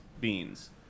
beans